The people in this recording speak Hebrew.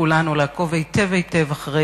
אני מבקשת מכולנו לעקוב היטב היטב אחרי